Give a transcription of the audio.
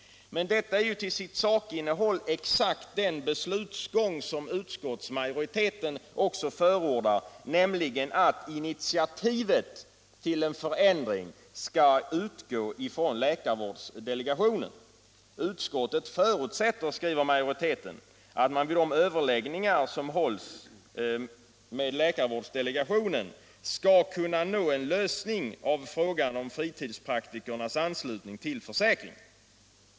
Men detta är till sitt sakinnehåll exakt den beslutsgång som utskottsmajoriteten också förordar, nämligen att initiativet till en förändring skall utgå ifrån läkarvårdsdelegationen. Utskottet förutsätter, skriver majoriteten, att man vid de överläggningar som läkarvårdsdelegationen skall ta upp, skall kunna nå en lösning av frågan om fritidspraktikernas anslutning till försäkringen.